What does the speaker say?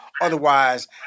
Otherwise